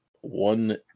one